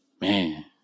man